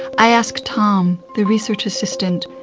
i ask tom, the research assistant,